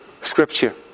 scripture